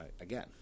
again